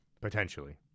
Potentially